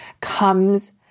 comes